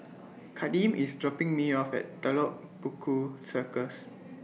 Kadeem IS dropping Me off At Telok Paku Circus